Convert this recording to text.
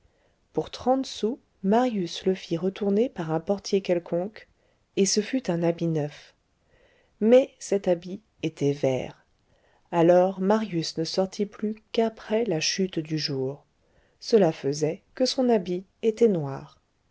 pour trente sous marius le fit retourner par un portier quelconque et ce fut un habit neuf mais cet habit était vert alors marius ne sortit plus qu'après la chute du jour cela faisait que son habit était noir